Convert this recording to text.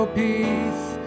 peace